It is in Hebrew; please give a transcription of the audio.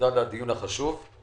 תודה על הדיון החשוב.